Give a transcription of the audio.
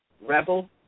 Rebel